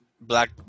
Black